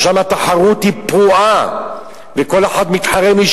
ששם התחרות היא פרועה וכל אחד מתחרה מי